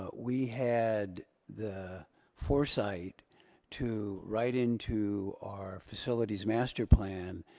ah we had the foresight to write into our facilities master plan,